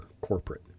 corporate